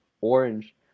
Orange